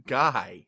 guy